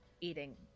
eating